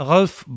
Ralf